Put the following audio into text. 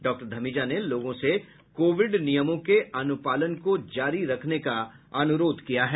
doctor Dhamija ने लोगों से कोविड नियमों के अनुपालन को जारी रखने का अनुरोध किया है